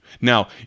Now